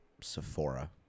Sephora